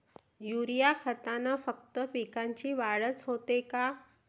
Urea खतानं फक्त पिकाची वाढच होते का?